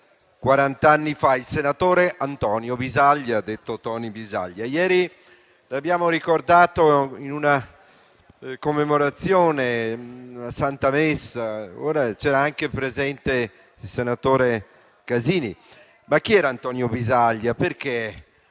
quarant'anni fa: il senatore Antonio Bisaglia, detto Toni Bisaglia. Ieri lo abbiamo ricordato in una commemorazione, con la Santa Messa; era anche presente il senatore Casini. Chi era Antonio Bisaglia e perché